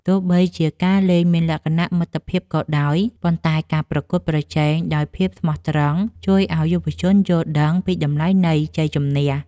ទោះបីជាការលេងមានលក្ខណៈមិត្តភាពក៏ដោយ ប៉ុន្តែការប្រកួតប្រជែងដោយភាពស្មោះត្រង់ជួយឱ្យយុវជនយល់ដឹងពីតម្លៃនៃជ័យជម្នះ។